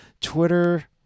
Twitter